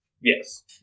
Yes